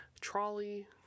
trolley